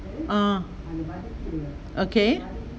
ah okay